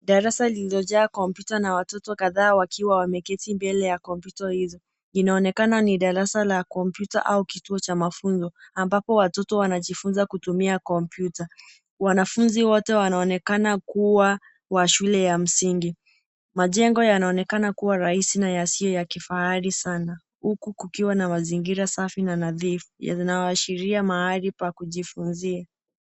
Darasa lililojaa kompyuta na watoto kadhaa wakiwa mbele ya kompyuta hizo Inaonekana ni darasa la kompyuta au kituo cha mafunzo ambapo watoto wanajifunza kutumia kompyuta. Wanafunzi wote wanaonekana kuwa wa shule ya msingi. Majengo yanaonekana kuwa rahisi na sio ya kifahari sana, huku kukuwa na mazingira safi na nadhifu yanayoashiria mahali pa kujifunzia.